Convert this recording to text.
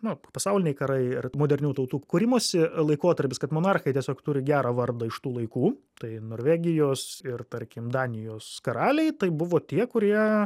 nu pasauliniai karai ar modernių tautų kūrimosi laikotarpis kad monarchai tiesiog turi gerą vardą iš tų laikų tai norvegijos ir tarkim danijos karaliai tai buvo tie kurie